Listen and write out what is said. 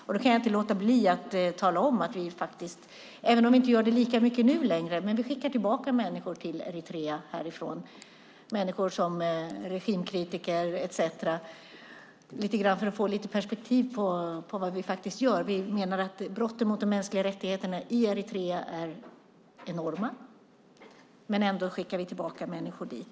Jag kan inte låta bli att tala om att vi, även om vi inte gör det lika mycket numera, faktiskt skickar tillbaka människor - regimkritiker och andra - till Eritrea. Jag nämner det för att vi ska få lite perspektiv på vad som görs. Vi menar att brotten mot mänskliga rättigheter i Eritrea är enorma. Ändå skickar vi alltså tillbaka människor dit.